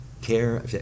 care